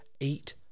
eight